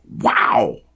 wow